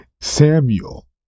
Samuel